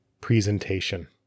presentation